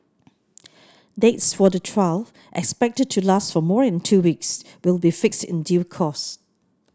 dates for the trial expected to last for more than two weeks will be fixed in due course